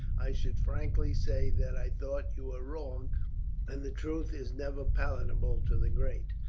i should frankly say that i thought you were wrong and the truth is never palatable to the great.